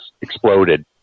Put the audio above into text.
exploded